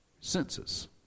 census